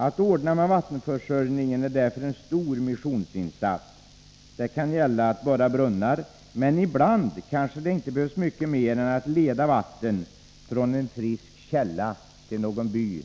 Att ordna med vattenförsörjningen är därför en stor missionsinsats. Det kan gälla att borra brunnar. Men ibland kanske det inte behövs mycket mer än att leda vatten från en frisk källa till någon by.”